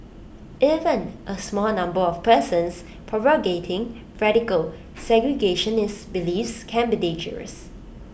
even A small number of persons propagating radical segregationist beliefs can be dangerous